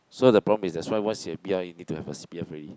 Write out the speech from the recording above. so the problem is that's why once you are p_r you need to have a P_R already